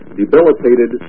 debilitated